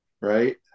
right